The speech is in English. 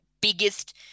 biggest